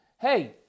hey